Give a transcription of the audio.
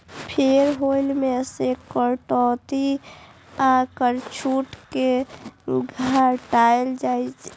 फेर ओइ मे सं कटौती आ कर छूट कें घटाएल जाइ छै